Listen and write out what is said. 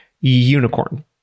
unicorn